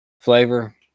flavor